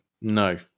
No